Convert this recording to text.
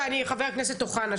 וחבר הכנסת אוחנה.